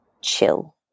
chill